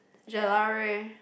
Gelare